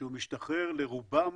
כשהוא משתחרר לרובם